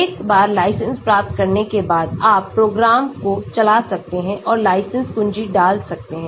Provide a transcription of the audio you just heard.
एक बार लाइसेंस प्राप्त करने के बाद आप प्रोग्राम को चला सकते हैं और लाइसेंस कुंजी डाल सकते हैं